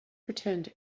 pretend